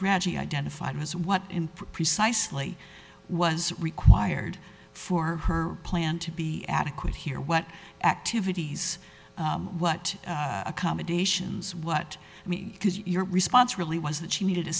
tragedy identified as what precisely was required for her plan to be adequate here what activities what accommodations what i mean because your response really was that she needed a